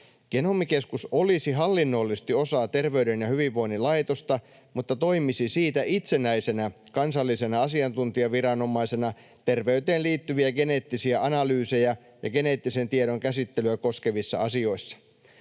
Genomikeskus olisi hallinnollisesti osa Terveyden ja hyvinvoinnin laitosta, mutta toimisi siitä itsenäisenä kansallisena asiantuntijaviranomaisena terveyteen liittyviä geneettisiä analyysejä ja geneettisen tiedon käsittelyä koskevissa asioissa.